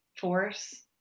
force